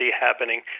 happening